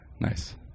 Nice